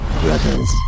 Brothers